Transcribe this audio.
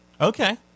Okay